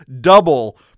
double